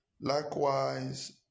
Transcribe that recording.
Likewise